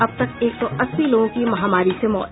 अब तक एक सौ अस्सी लोगों की महामारी से मौत